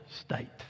state